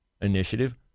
initiative